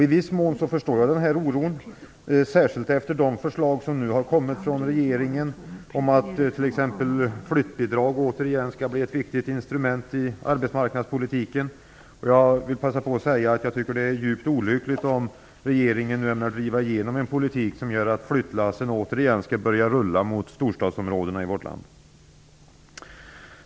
I viss mån förstår jag denna oro, särskilt efter de förslag som nu har kommit från regeringen, t.ex. om att flyttbidrag återigen skall bli ett viktigt instrument i arbetsmarknadspolitiken. Jag vill begagna tillfället att säga att jag tycker att det är djupt olyckligt om regeringen nu ämnar driva igenom en politik som gör att flyttlassen återigen skall börja rulla mot storstadsområdena i vårt land.